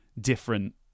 different